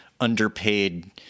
underpaid